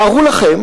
תארו לכם